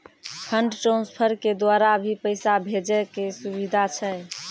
Fund transfer के द्वारा भी पैसा भेजै के सुविधा छै?